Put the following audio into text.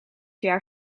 jaar